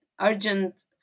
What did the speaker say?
urgent